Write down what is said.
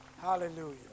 Hallelujah